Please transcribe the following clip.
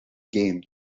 game